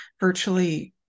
virtually